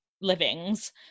livings